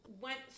went